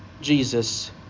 Jesus